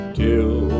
till